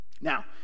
Now